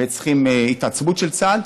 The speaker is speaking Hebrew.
וצריכים התעצמות של צה"ל.